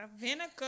vinegar